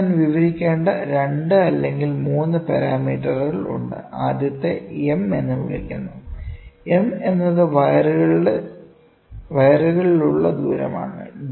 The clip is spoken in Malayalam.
ഇവിടെ ഞാൻ വിവരിക്കേണ്ട 2 അല്ലെങ്കിൽ 3 പാരാമീറ്ററുകൾ ഉണ്ട് ആദ്യത്തേതിനെ M എന്ന് വിളിക്കുന്നു M എന്നത് വയറുകളിലുള്ള ദൂരമാണ്